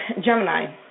Gemini